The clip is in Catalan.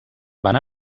van